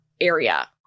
area